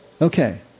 Okay